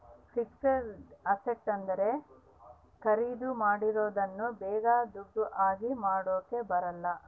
fixed asset ಅಂದ್ರೆ ಖರೀದಿ ಮಾಡಿರೋದನ್ನ ಬೇಗ ದುಡ್ಡು ಆಗಿ ಮಾಡಾಕ ಬರಲ್ಲ